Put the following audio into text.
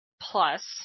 Plus